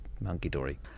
monkey-dory